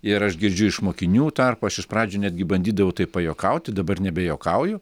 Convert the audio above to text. ir aš girdžiu iš mokinių tarpo aš iš pradžių netgi bandydavau taip pajuokauti dabar nebejuokauju